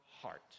heart